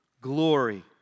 glory